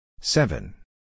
Seven